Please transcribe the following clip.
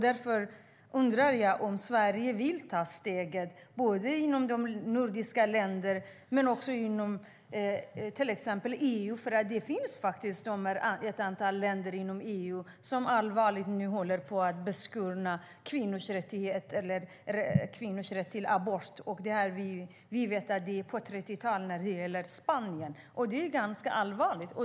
Därför undrar jag om Sverige vill ta steget, både inom de nordiska länderna och inom EU. Det finns faktiskt ett antal länder inom EU som håller på att allvarligt beskära kvinnors rättigheter och kvinnors rätt till abort. Vi vet att Spanien är på väg tillbaka till 30-talet, och det är ganska allvarligt.